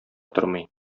тормый